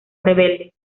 rebelde